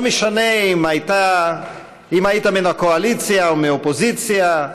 לא משנה אם היית מן הקואליציה או מהאופוזיציה,